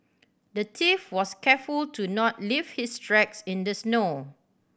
the thief was careful to not leave his tracks in the snow